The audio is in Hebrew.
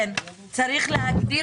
צריך להגדיל